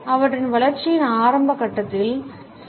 அவற்றின் வளர்ச்சியின் ஆரம்ப கட்டத்தில் சி